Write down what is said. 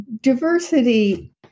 diversity